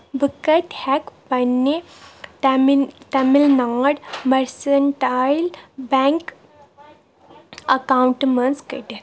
بہٕ کَتہِ ہٮ۪کہٕ پنِنہِ تامِل تامِل ناڈ مٔرسنٹایِل بیٚنٛک اکاونٹہٕ منٛز کٔڑِتھ؟